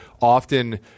often